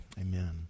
Amen